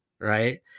right